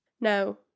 No